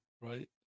right